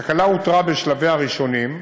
התקלה אותרה בשלביה הראשונים,